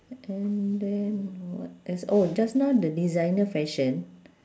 and then what else oh just now the designer fashion